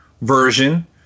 version